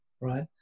right